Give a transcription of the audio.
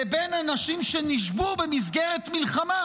לבין אנשים שנשבו במסגרת מלחמה,